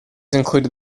included